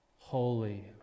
Holy